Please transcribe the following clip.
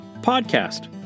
Podcast